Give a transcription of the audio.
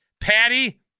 Patty